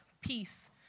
peace